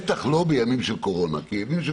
בטח לא בימים של קורונה כי בימים של